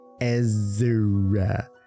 Ezra